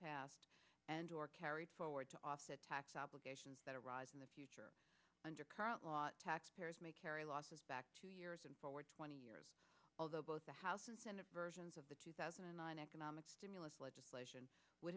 past and or carried forward to offset tax obligations that arise in the future under current law taxpayers may carry losses back two years and forward twenty years although both the house and senate versions of the two thousand and nine economic stimulus legislation would